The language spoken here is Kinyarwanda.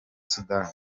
sudani